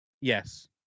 Yes